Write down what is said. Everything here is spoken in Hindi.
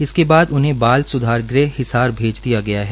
इसके बाद उन्हें बाल स्धार गृह हिसार भेज दिया गया है